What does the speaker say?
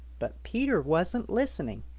but peter wasn't listening.